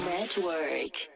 Network